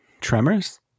Tremors